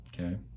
okay